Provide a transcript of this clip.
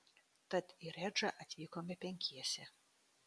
tad į redžą atvykome penkiese